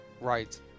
Right